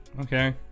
Okay